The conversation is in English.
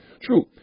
True